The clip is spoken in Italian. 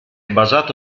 basato